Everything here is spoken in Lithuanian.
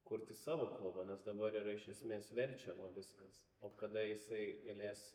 kurti savo kalbą nes dabar yra iš esmės verčiama viskas o kada jisai galės